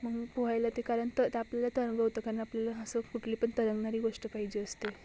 मंग पोहायला ते कारन त आपल्याला त अनुभवतं कारन आपल्याला असं कुठली पण तरणारी गोष्ट पाहिजे असते